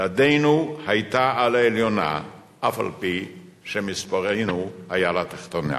ידנו היתה על העליונה אף-על-פי שמספרנו היה על התחתונה,